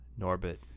Norbit